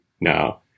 now